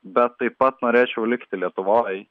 bet taip pat norėčiau likti lietuvoj